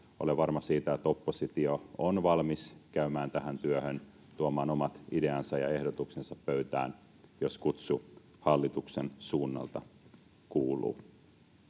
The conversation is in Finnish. Olen varma siitä, että oppositio on valmis käymään tähän työhön, tuomaan omat ideansa ja ehdotuksensa pöytään, jos kutsu hallituksen suunnalta kuuluu.